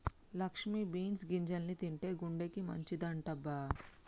Lakshmi beans గింజల్ని తింటే గుండెకి మంచిదంటబ్బ